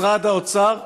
משרד האוצר,